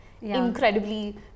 incredibly